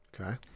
Okay